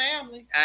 family